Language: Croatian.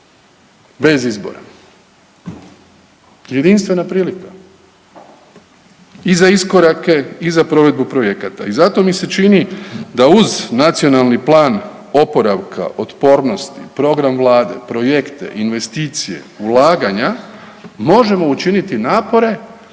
bez izbora. Jedinstvena prilika i za iskorake i za provedbu projekata. I zato mi se čini da uz Nacionalni plan oporavka, otpornosti, program vlade, projekte, investicije, ulaganja možemo učiniti napore